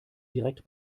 direkt